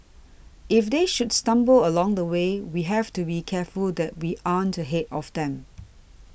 if they should stumble along the way we have to be careful that we aren't ahead of them